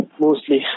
mostly